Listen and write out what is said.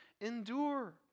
endure